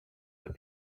that